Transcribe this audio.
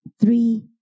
three